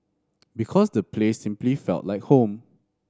because the place simply felt like home